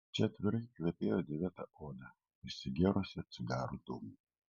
čia aitriai kvepėjo dėvėta oda prisigėrusią cigarų dūmų